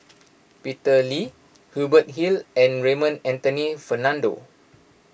Peter Lee Hubert Hill and Raymond Anthony Fernando